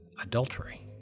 adultery